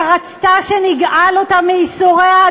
שרצתה שנגאל אותה מייסוריה,